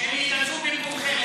רוזין ותמר זנדברג,